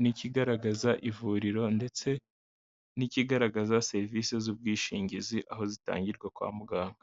n'ikigaragaza ivuriro, ndetse n'ikigaragaza serivise z'ubwishingizi aho zitangirwa kwa muganga.